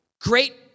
great